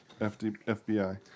FBI